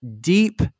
deep